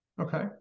Okay